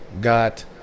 got